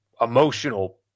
emotional